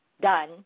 Done